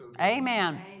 Amen